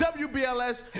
WBLS